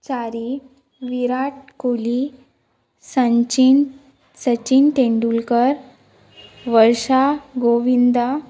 Chari Virat Kohli Sachin Sachin Tendulkar Varsha Govinda